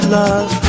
love